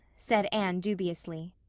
said anne dubiously.